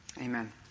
Amen